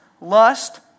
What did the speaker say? lust